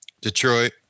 Detroit